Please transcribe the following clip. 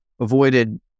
avoided